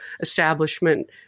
establishment